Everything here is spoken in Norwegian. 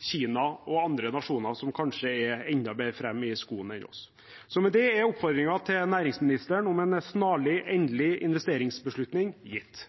Kina og andre nasjoner, som kanskje er enda mer fremme i skoene enn oss. Så med det er oppfordringen til næringsministeren om en snarlig endelig investeringsbeslutning gitt.